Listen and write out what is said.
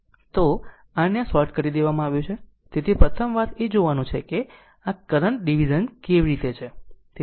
તો અને આ શોર્ટ કરી દેવામાં આવ્યું છે તેથી પ્રથમ વાત એ જોવાનું છે કે આ કરંટ ડીવીઝન કેવી રીતે છે